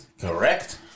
Correct